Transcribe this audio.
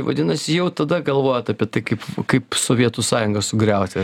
vadinasi jau tada galvojot apie tai kaip kaip sovietų sąjungą sugriauti